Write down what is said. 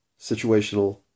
Situational